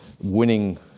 winning